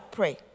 pray